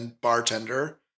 bartender